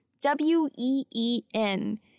W-E-E-N